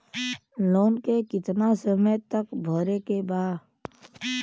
Loan के कितना समय तक मे भरे के बा?